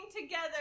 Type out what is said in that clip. together